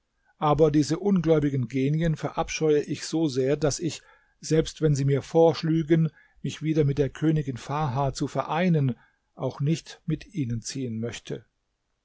aber diese ungläubigen genien verabscheue ich so sehr daß ich selbst wenn sie mir vorschlügen mich wieder mit der königin farha zu vereinen auch nicht mit ihnen ziehen möchte